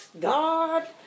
God